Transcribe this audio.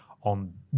on